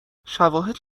شواهد